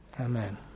Amen